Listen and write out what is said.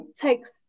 takes